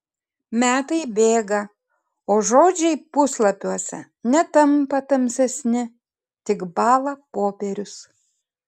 metai bėga o žodžiai puslapiuose netampa tamsesni tik bąla popierius